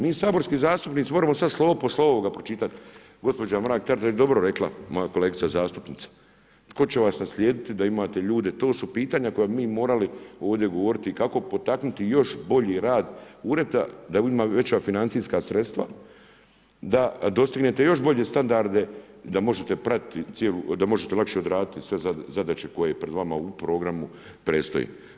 Mi saborski zastupnici možemo sad slovo po slovo ga pročitati, gospođa Mrak-Taritaš je dobro rekla, moja kolegica zastupnica, tko će vas naslijediti da imate ljude, to su pitanja koja bi mi morali ovdje govoriti kako potaknuti još bolji rad ureda da bi imali veća financijska sredstva, da dostignete još bolje standarde, da možete pratiti cijelu, da možete lakše odraditi sve zadaće koje pred vama u programu predstoji.